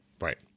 Right